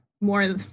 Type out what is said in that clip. more